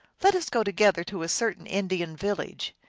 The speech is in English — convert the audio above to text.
let us go together to a certain indian village.